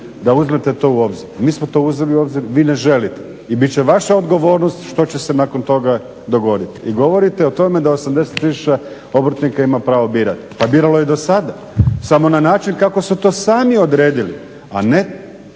da uzmete to u obzir. Mi smo to uzeli u obzir, vi ne želite. I bit će vaša odgovornost što će se nakon toga dogoditi. I govorite o tome da 80 tisuća obrtnika ima pravo birati, pa biralo je i dosada samo na način kako su to sami odredili a ne